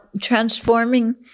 transforming